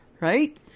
Right